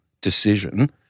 decision